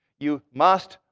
you must,